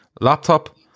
Laptop